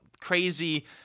crazy